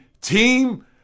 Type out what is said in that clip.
team